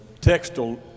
textile